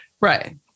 Right